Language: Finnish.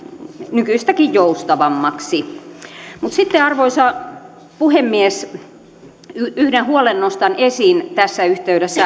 nykyistäkin joustavammaksi mutta sitten arvoisa puhemies yhden huolen nostan esiin tässä yhteydessä